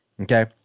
Okay